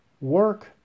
work